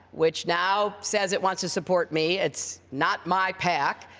which now says it wants to support me. it's not my pac.